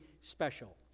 special